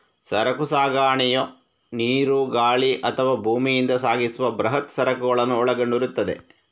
ಸರಕು ಸಾಗಣೆಯು ನೀರು, ಗಾಳಿ ಅಥವಾ ಭೂಮಿಯಿಂದ ಸಾಗಿಸುವ ಬೃಹತ್ ಸರಕುಗಳನ್ನು ಒಳಗೊಂಡಿರುತ್ತದೆ